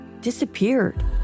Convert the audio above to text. disappeared